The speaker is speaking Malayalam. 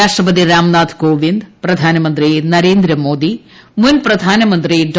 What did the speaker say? രാഷ്ട്രപതി രാംനാഥ് കോവിന്ദ് പ്രധാനമന്ത്രി നരേന്ദ്രമോദി മുൻപ്രധാനമന്ത്രി ഡോ